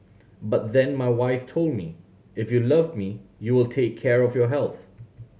but then my wife told me if you love me you will take care of your health